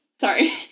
Sorry